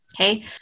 Okay